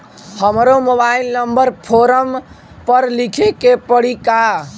हमरो mobile number form पर लिखे के पड़ी का?